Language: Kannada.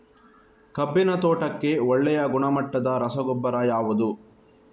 ಕಬ್ಬಿನ ತೋಟಕ್ಕೆ ಒಳ್ಳೆಯ ಗುಣಮಟ್ಟದ ರಸಗೊಬ್ಬರ ಯಾವುದು?